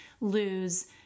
lose